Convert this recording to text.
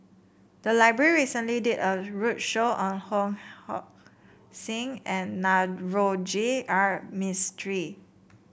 the library recently did a roadshow on Ho Sing and Navroji R Mistri